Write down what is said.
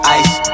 ice